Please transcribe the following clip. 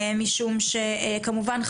משום שכמובן,